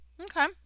Okay